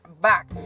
back